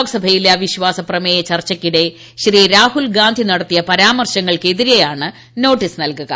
ലോക്സഭയിലെ അവിശ്വാസ പ്രമേയ ചർച്ചക്കിടെ ശ്രീ രാഹുൽഗാന്ധി നടത്തിയ പരാമർശങ്ങൾക്ക് എതിരെയാണ് നോട്ടീസ് നൽകുക